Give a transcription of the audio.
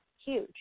huge